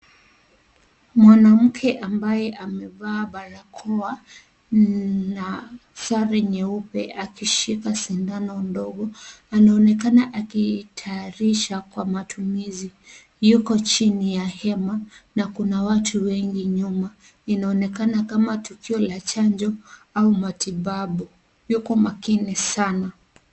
Mwanamke ambaye amevaa barakoa na sare nyeupe akibeba sindano ndogo anaonekana akitayarisha kwa matumizi. Yuko chini ya hema na kuna watu wengi nyuma. Inaonekana kama tukio la chanjo au matibabu. Yuko makini sana.